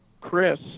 Chris